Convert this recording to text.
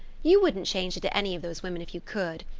you wouldn't change into any of those women if you could.